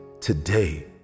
today